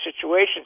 situation